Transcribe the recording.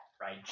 right